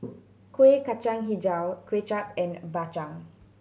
Kueh Kacang Hijau Kway Chap and Bak Chang